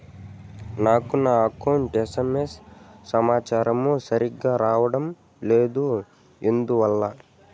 నాకు నా account SMS సమాచారము సరిగ్గా రావడం లేదు ఎందువల్ల?